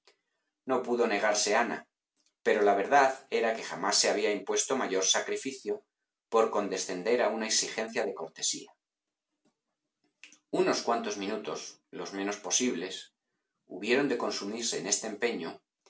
no pudo negarse ana pero la verdad era que jamás se había impuesto mayor sacrificio por condescender a una exigencia de cortesía unos cuantos minutos los menos posibles hubieron de consumirse en este empeño